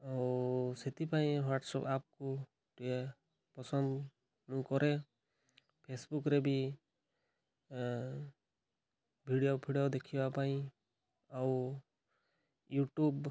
ସେଥିପାଇଁ ହ୍ଵାଟସପ୍ ଆପ୍କୁ ଟିକେ ପସନ୍ଦ କରେ ଫେସବୁକ୍ରେ ବି ଭିଡ଼ିଓ ଫିଡ଼ିଓ ଦେଖିବା ପାଇଁ ଆଉ ୟୁଟ୍ୟୁବ୍